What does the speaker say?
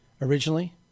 Originally